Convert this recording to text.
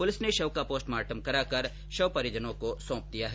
police ने शव का पोस्टमार्टम करवाकर परिजनों को सौंप दिया है